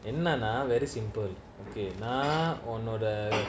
என்னனா:ennana very simple okay நான்உன்னோட:nan unnoda or no the